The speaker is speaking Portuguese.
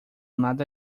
nada